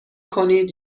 کنید